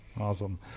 Awesome